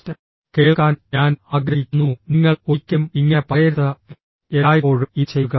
î കേൾക്കാൻ ഞാൻ ആഗ്രഹിക്കുന്നു നിങ്ങൾ ഒരിക്കലും ഇങ്ങനെ പറയരുത്ഃ എല്ലായ്പ്പോഴും ഇത് ചെയ്യുക